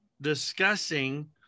discussing